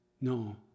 No